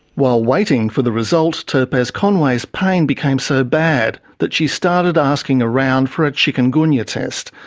while waiting for the result, topaz conway's pain become so bad that she started asking around for a chikungunya test,